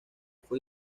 fue